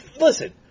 listen